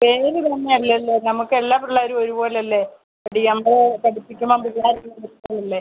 പേരിത് തന്നെ അല്ലല്ലോ നമുക്കെല്ലാ പിള്ളേരും ഒരു പോലെയല്ലേ നമ്മൾ പഠിപ്പിക്കണ പിള്ളേർക്ക് നിർത്തുന്നില്ലേ